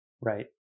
Right